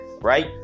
right